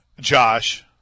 Josh